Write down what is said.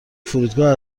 فرودگاه